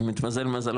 אם יתמזל מזלו,